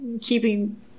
Keeping